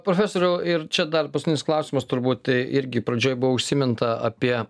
profesoriau ir čia dar paskutinis klausimas turbūt irgi pradžioj buvo užsiminta apie